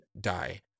die